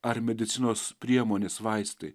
ar medicinos priemonės vaistai